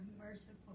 Merciful